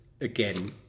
again